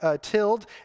tilled